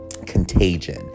contagion